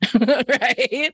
right